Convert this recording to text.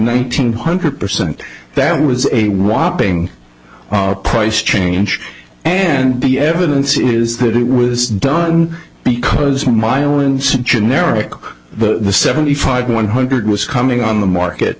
nineteen hundred percent that was a whopping price change and the evidence is that it was done because my allowance and generic the seventy five one hundred was coming on the market